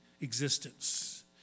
existence